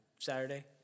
Saturday